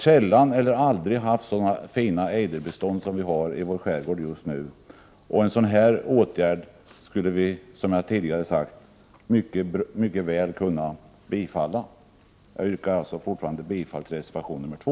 Det har aldrig funnits så fina ejderbestånd som det just nu finns i vår skärgård. Ett förslag om att vidta en åtgärd av den typ som jag tidigare omnämnde, skulle mycket väl kunna bifallas. Jag yrkar återigen bifall till reservation nr 2.